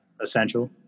essential